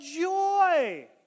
joy